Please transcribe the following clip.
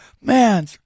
Man